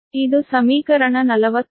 ಇದು ಸಮೀಕರಣ 44